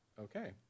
okay